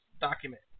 document